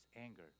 anger